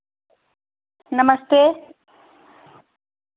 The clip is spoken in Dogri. नमस्ते